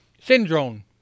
Syndrome